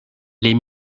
les